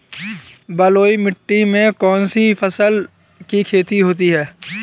बलुई मिट्टी में कौनसी फसल की खेती होती है?